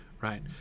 Right